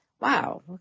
wow